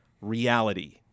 reality